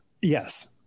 Yes